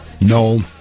No